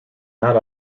that